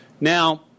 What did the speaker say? Now